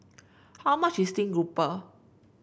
how much is steam grouper